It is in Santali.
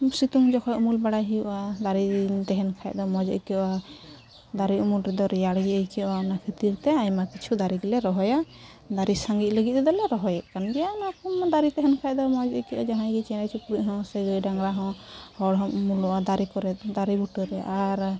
ᱥᱤᱛᱩᱝ ᱡᱚᱠᱷᱚᱱ ᱩᱢᱩᱞᱵᱟᱲᱟᱭ ᱦᱩᱭᱩᱜᱼᱟ ᱫᱟᱨᱮ ᱛᱮᱦᱮᱱ ᱠᱷᱟᱡᱫᱚ ᱢᱚᱡᱽ ᱟᱹᱭᱠᱟᱹᱜᱼᱟ ᱫᱟᱨᱮ ᱩᱢᱩᱞᱨᱮᱫᱚ ᱨᱮᱭᱟᱲᱜᱮ ᱟᱹᱭᱠᱟᱹᱜᱼᱟ ᱚᱱᱟ ᱠᱷᱟᱹᱛᱤᱨᱛᱮ ᱟᱭᱢᱟ ᱠᱤᱪᱷᱩ ᱫᱟᱨᱮᱜᱮᱞᱮ ᱨᱚᱦᱚᱭᱟ ᱫᱟᱨᱮ ᱥᱟᱸᱜᱮᱜ ᱞᱟᱹᱜᱤᱫ ᱢᱟ ᱵᱟᱞᱮ ᱨᱚᱦᱚᱭᱮᱫ ᱠᱟᱱ ᱜᱮᱭᱟ ᱚᱱᱟᱠᱚ ᱫᱟᱨᱮ ᱛᱮᱦᱮᱱ ᱠᱷᱟᱡᱫᱚ ᱢᱚᱡᱽ ᱟᱹᱭᱠᱟᱹᱜᱼᱟ ᱡᱟᱦᱟᱸᱭᱜᱮ ᱪᱮᱬᱮᱼᱪᱤᱯᱨᱩᱫᱦᱚᱸ ᱥᱮ ᱜᱟᱹᱭᱼᱰᱟᱝᱜᱽᱨᱟᱦᱚᱸ ᱦᱚᱲᱦᱚᱸᱢ ᱩᱢᱩᱞᱚᱜᱼᱟ ᱫᱟᱨᱮᱠᱚᱨᱮ ᱫᱟᱨᱮᱵᱩᱴᱟᱹᱨᱮ ᱟᱨ